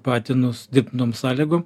patinus dirbtinom sąlygom